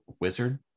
wizard